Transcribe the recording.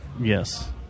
Yes